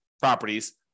properties